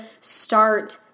Start